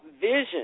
vision